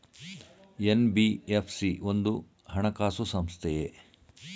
NBFC ಒಂದು ಹಣಕಾಸು ಸಂಸ್ಥೆಯೇ?